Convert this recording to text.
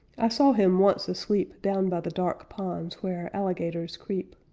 i saw him once asleep down by the dark ponds where alligators creep.